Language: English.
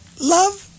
love